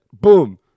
boom